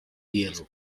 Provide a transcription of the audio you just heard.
hierro